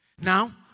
Now